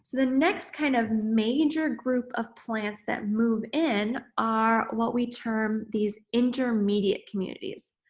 the next kind of major group of plants that move in are what we term these intermediate communities.